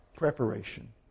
preparation